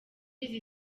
izi